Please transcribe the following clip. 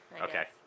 Okay